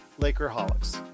lakerholics